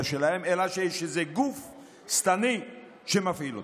שלהם אלא שיש איזה גוף שטני שמפעיל אותם.